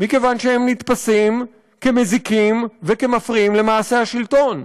מכיוון שהם נתפסים כמזיקים וכמפריעים למעשה השלטון.